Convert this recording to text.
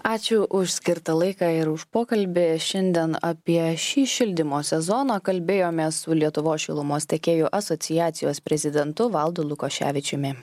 ačiū už skirtą laiką ir už pokalbį šiandien apie šį šildymo sezoną kalbėjomės su lietuvos šilumos tiekėjų asociacijos prezidentu valdu lukoševičiumi